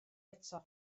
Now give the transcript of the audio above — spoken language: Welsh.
eto